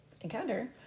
encounter